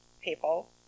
people